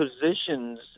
positions